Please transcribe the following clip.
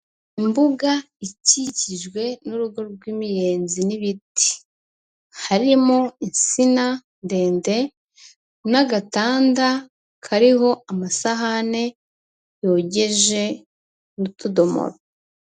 Imbuga ikikijwe n'urugo rw'imiyenzi n'ibiti, harimo insina ndende n'agatanda kariho amasahane yogeje n'utudomoro.